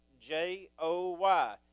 J-O-Y